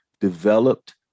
developed